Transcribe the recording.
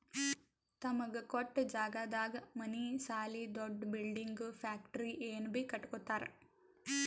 ತಮಗ ಕೊಟ್ಟ್ ಜಾಗದಾಗ್ ಮನಿ ಸಾಲಿ ದೊಡ್ದು ಬಿಲ್ಡಿಂಗ್ ಫ್ಯಾಕ್ಟರಿ ಏನ್ ಬೀ ಕಟ್ಟಕೊತ್ತರ್